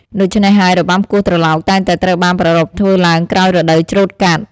ដូច្នេះហើយ របាំគោះត្រឡោកតែងតែត្រូវបានប្រារព្ធធ្វើឡើងក្រោយរដូវច្រូតកាត់។